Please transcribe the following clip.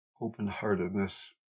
open-heartedness